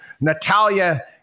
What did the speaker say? Natalia